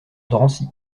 drancy